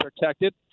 protected